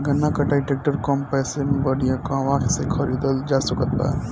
गन्ना कटाई ट्रैक्टर कम पैसे में बढ़िया कहवा से खरिदल जा सकत बा?